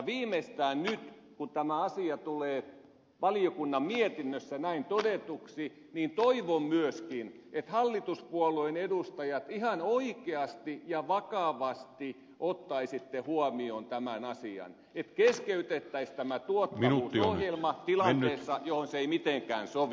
viimeistään nyt kun tämä asia tulee valiokunnan mietinnössä näin todetuksi toivon myöskin että hallituspuolueen edustajat ihan oikeasti ja vakavasti ottaisitte huomioon tämän asian että keskeytettäisiin tämä tuottavuusohjelma tilanteessa johon se ei mitenkään sovi